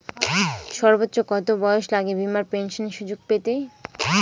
সর্বোচ্চ কত বয়স লাগে বীমার পেনশন সুযোগ পেতে?